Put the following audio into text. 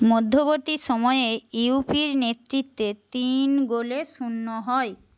মধ্যবর্তী সময়ে ইউপির নেতৃত্বে তিন গোলে শূন্য হয়